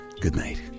goodnight